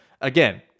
again